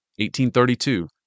1832